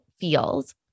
feels